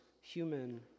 human